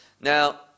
Now